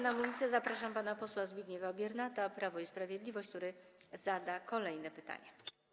Na mównicę zapraszam pana posła Zbigniewa Biernata, Prawo i Sprawiedliwość, który zada kolejne pytania.